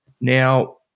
Now